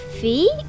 feet